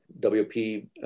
WP